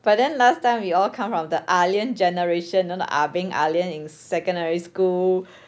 but then last time we all come from the ah lian generation you know the ah beng ah lian in secondary school